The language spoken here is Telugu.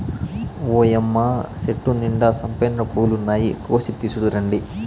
ఓయ్యమ్మ చెట్టు నిండా సంపెంగ పూలున్నాయి, కోసి తీసుకురండి